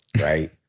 right